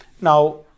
Now